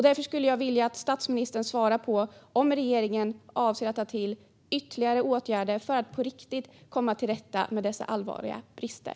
Därför skulle jag vilja att statsministern svarar på om regeringen avser att ta till ytterligare åtgärder för att på riktigt komma till rätta med dessa allvarliga brister.